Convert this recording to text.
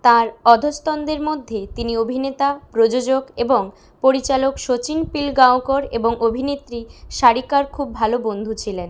তার অধস্তনদের মধ্যে তিনি অভিনেতা প্রযোজক এবং পরিচালক শচীন পিলগাঁওকর এবং অভিনেত্রী সারিকার খুব ভালো বন্ধু ছিলেন